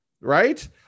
right